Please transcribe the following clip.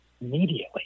immediately